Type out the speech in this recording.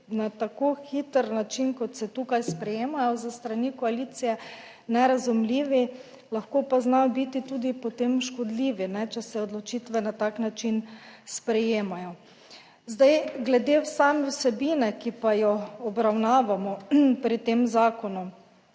na tako hiter način, kot se tukaj sprejemajo s strani koalicije, nerazumljivi, lahko pa, zna biti, tudi potem škodljivi, če se odločitve na tak način sprejemajo. Zdaj glede same vsebine, ki pa jo obravnavamo pri tem zakonu,